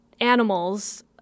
animals